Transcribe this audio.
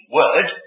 word